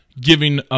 giving